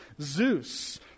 Zeus